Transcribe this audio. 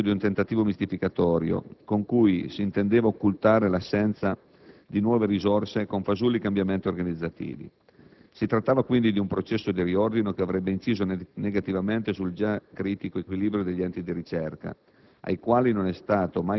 Si trattava, in ogni caso, di un tentativo mistificatorio, con cui si intendeva occultare l'assenza di nuove risorse con fasulli cambiamenti organizzativi. Si trattava, quindi, di un processo di riordino che avrebbe inciso negativamente sul già critico equilibrio degli enti di ricerca,